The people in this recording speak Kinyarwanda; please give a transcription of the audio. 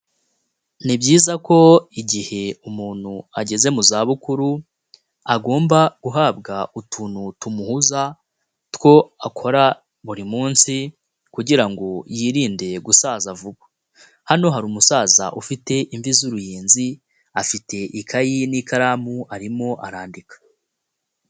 Ni byiza ko igihe umuntu ageze mu zabukuru, agomba guhabwa utuntu tumuhuza, two akora buri munsi kugira ngo yirinde gusaza vuba. hano hari umusaza ufite imvi z'uruyenzi, afite ikayi n'ikaramu arimo arandika.